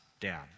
down